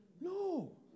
No